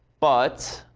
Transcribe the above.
but